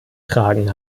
tragen